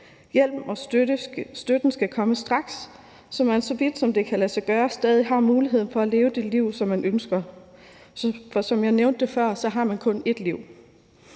Hjælpen og støtten skal komme straks, så man, så vidt som det kan lade sig gøre, stadig har muligheden for at leve det liv, som man ønsker, for som jeg nævnte før, har man kun ét liv.